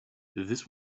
this